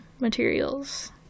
materials